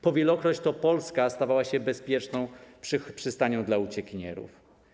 Po wielokroć to Polska stawała się bezpieczną przystanią dla uciekinierów.